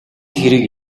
хэрэг